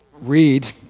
read